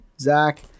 Zach